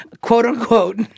Quote-unquote